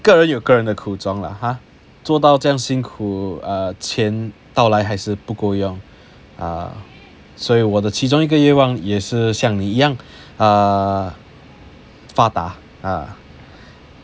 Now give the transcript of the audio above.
个人有个人的苦衷 lah ah 做到这样辛苦 ah 钱到来还是不够用 ah 所以我的其中一个愿望也是像你一样 err 发达 ah